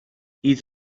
hyd